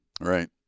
Right